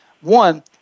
one